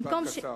משפט קצר.